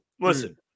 Listen